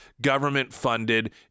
government-funded